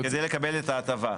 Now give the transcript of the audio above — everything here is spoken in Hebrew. כדי לקבל את ההטבה.